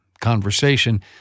conversation